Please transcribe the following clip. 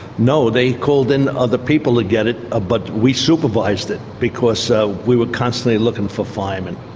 no, they called in other people to get it, ah but we supervised it, because so we were constantly looking for firemen.